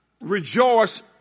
rejoice